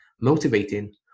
motivating